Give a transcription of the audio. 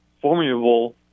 formidable